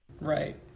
Right